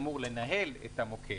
אמור לנהל את המוקד,